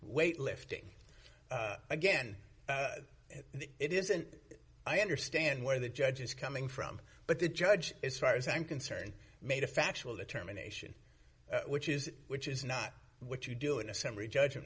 weight lifting again it isn't i understand where the judge is coming from but the judge as far as i'm concerned made a factual determination which is which is not what you do in a summary judg